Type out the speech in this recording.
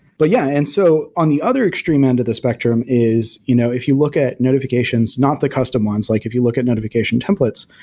but yeah, and so on the other extreme end of the spectrum is you know if you look at notifications, not the custom ones, like if you look at notification templates,